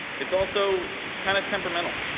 it's also kinda temperamental,